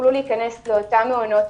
יוכלו להיכנס לאותם מעונות,